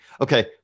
Okay